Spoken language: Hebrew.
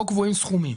פה קבועים סכומים.